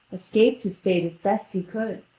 escaped his fate as best he could,